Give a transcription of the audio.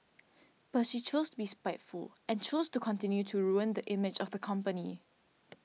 but she chose to be spiteful and chose to continue to ruin the image of the company